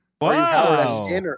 Wow